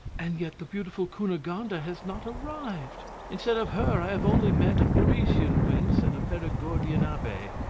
and yet the beautiful cunegonde has not arrived! instead of her i have only met a parisian wench and a perigordian abbe.